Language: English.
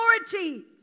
authority